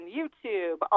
YouTube